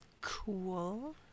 Cool